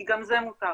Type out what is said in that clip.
כי גם זה מותר.